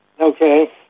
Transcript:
Okay